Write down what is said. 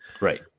right